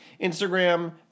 Instagram